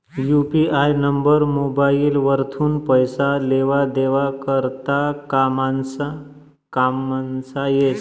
UPI number mobile वरथून पैसा लेवा देवा करता कामंमा येस